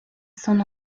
son